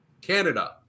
Canada